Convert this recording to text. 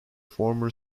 former